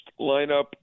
lineup